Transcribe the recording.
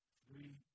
three